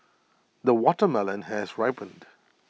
the watermelon has ripened